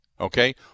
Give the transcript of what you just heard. Okay